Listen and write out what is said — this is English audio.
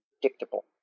predictable